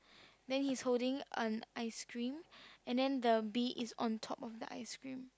then he's holding an ice cream and then the bee is on top of the ice cream